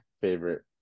favorite